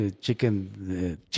chicken